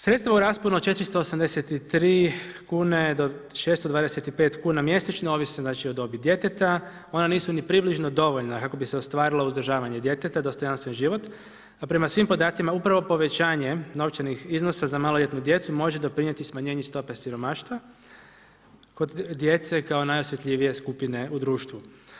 Sredstvima u rasponu od 483 kune, 625 kuna mjesečno ovise o dobi djeteta, ona nisu ni približno dovoljna kako bi se ostvarila uzdržavanje djeteta, dostojanstven život, a prema svim podacima upravo povećanjem novčanih iznosa za maloljetnu djecu može doprinijeti smanjenju stope siromaštva kod djece kao najosjetljivije skupine u društvu.